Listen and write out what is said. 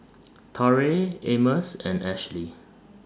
Torrey Amos and Ashlie